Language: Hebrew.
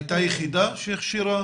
הייתה יחידה שהכשירה